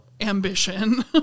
ambition